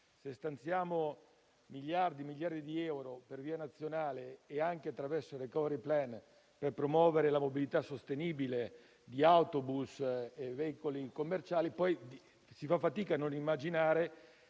miliardi e miliardi di euro per via nazionale e anche attraverso il *recovery plan* per promuovere la mobilità sostenibile di autobus e veicoli commerciali, poi si fa fatica a non immaginare